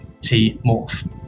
T-Morph